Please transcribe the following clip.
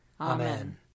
Amen